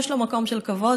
שיש לו מקום של כבוד,